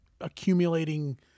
accumulating